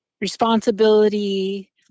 responsibility